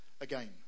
again